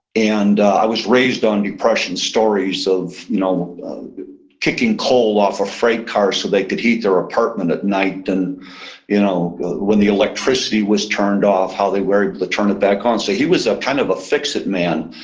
and i was raised on depression stories of you know kicking coal off of freight cars so they could heat their apartment at night and you know when the electricity was turned off, how they were able to turn it back on. so he was ah kind of a fix it man.